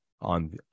on